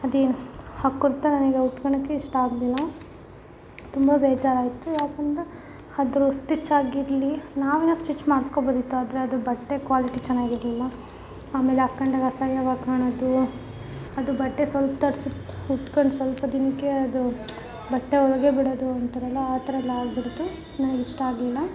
ಅದೇ ಆ ಕುರ್ತಾ ನನಗೆ ಉಟ್ಕೋಳಕ್ಕೇ ಇಷ್ಟ ಆಗಲಿಲ್ಲ ತುಂಬ ಬೇಜಾರಾಯಿತು ಯಾಕಂದರೆ ಅದ್ರ ಸ್ಟಿಚಾಗಿರಲಿ ನಾವೇ ಸ್ಟಿಚ್ ಮಾಡಿಸ್ಕೊಬೌದಿತ್ತು ಆದರೆ ಅದು ಬಟ್ಟೆ ಕ್ವಾಲಿಟಿ ಚೆನ್ನಾಗಿರ್ಲಿಲ್ಲ ಆಮೇಲೆ ಹಾಕ್ಕಂಡಗ ಅಸಹ್ಯವಾಗಿ ಕಾಣೋದು ಅದು ಬಟ್ಟೆ ಸ್ವಲ್ಪ ತರಿಸಿ ಉಟ್ಕೋನ್ ಸ್ವಲ್ಪ ದಿನಕ್ಕೆ ಅದು ಬಟ್ಟೆ ಹೊಲ್ಗೆ ಬಿಡೋದು ಅಂತಾರಲ್ಲ ಆ ಥರೆಲ್ಲ ಆಗಿಬಿಡ್ತು ನನಗೆ ಇಷ್ಟ ಆಗಲಿಲ್ಲ